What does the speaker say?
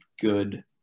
good